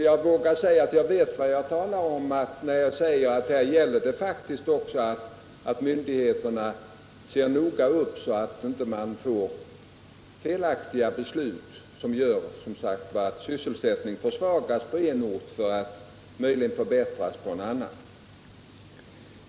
Jag vågar påstå att jag vet vad jag talar om när jag säger att det faktiskt gäller för myndigheterna att noga se upp så att man inte fattar felaktiga beslut som gör att sysselsättningen försvagas på en ort för att möjligen förbättras på en annan.